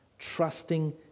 Trusting